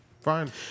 Fine